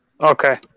Okay